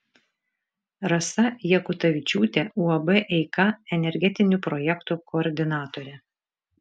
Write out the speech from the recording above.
rasa jakutavičiūtė uab eika energetinių projektų koordinatorė